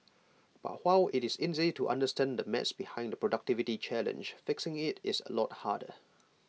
but while IT is easy to understand the maths behind the productivity challenge fixing IT is A lot harder